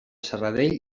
serradell